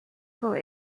for